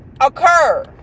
occur